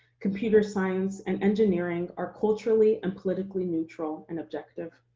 computer science, and engineering are culturally and politically neutral and objective.